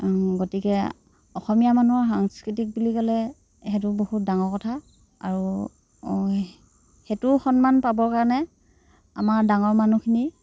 গতিকে অসমীয়া মানুহৰ সাংস্কৃতিক বুলি ক'লে সেইটো বহুত ডাঙৰ কথা আৰু সেইটো সন্মান পাবৰ কাৰণে আমাৰ ডাঙৰ মানুহখিনি